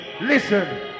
listen